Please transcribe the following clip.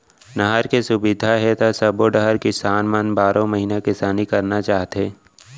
नहर के सुबिधा हे त सबो डहर किसान मन बारो महिना किसानी करना चाहथे